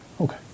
Okay